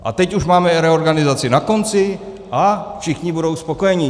A teď už máme reorganizaci na konci a všichni budou spokojení.